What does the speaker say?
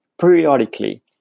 periodically